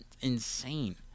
insane